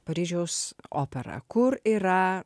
paryžiaus opera kur yra